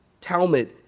Talmud